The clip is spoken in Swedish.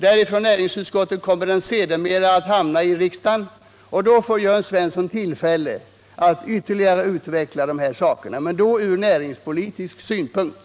Därifrån kommer den sedermera att hamna i kammaren, och då får Jörn Svensson tillfälle att närmare utveckla frågan, men då från näringspolitiska synpunkter.